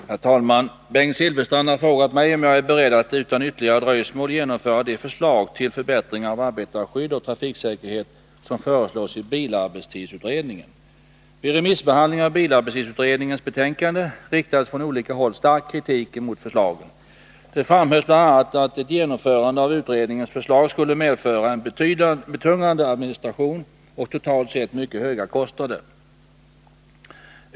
Herr talman! Bengt Silfverstrand har frågat mig om jag är beredd att utan ytterligare dröjsmål genomföra de förslag till förbättringar av arbetarskydd och trafiksäkerhet som föreslås i bilarbetstidsutredningen. + Vid remissbehandlingen av bilarbetstidsutredningens betänkande riktades från olika håll stark kritik mot förslagen. Det framhölls bl.a. att ett genomförande av utredningens förslag skulle medföra en betungande administration och totalt sett mycket höga kostnader.